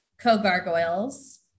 co-gargoyles